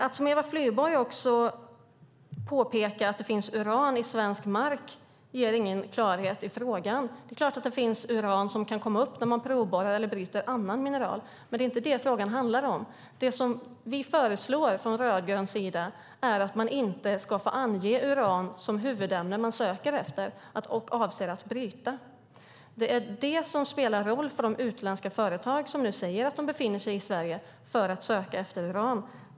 Att som Eva Flyborg påpeka att det finns uran i svensk mark ger ingen klarhet i frågan. Det är klart att det finns uran som kan komma upp när man provborrar eller bryter andra mineraler, men det är inte vad frågan handlar om. Det vi från rödgrön sida föreslår är att man inte ska få ange uran som det huvudämne man söker efter och avser att bryta. Det är det som spelar roll för de utländska företag som nu säger att de befinner sig i Sverige för att söka efter uran.